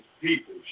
people